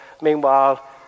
meanwhile